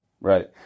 Right